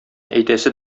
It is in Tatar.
әйтәсе